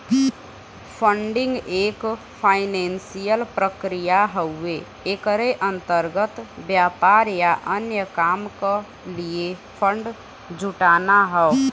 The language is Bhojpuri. फंडिंग एक फाइनेंसियल प्रक्रिया हउवे एकरे अंतर्गत व्यापार या अन्य काम क लिए फण्ड जुटाना हौ